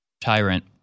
tyrant